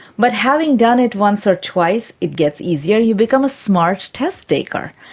but having done it once or twice it gets easier, you become a smart test-taker.